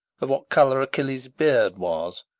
of what colour achilles' beard was,